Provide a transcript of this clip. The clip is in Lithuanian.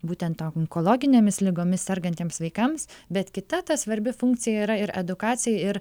būtent onkologinėmis ligomis sergantiems vaikams bet kita ta svarbi funkcija yra ir edukacijai ir